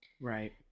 Right